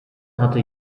hatte